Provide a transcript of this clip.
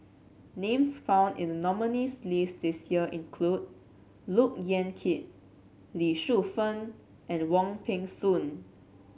names found in the nominees' list this year include Look Yan Kit Lee Shu Fen and Wong Peng Soon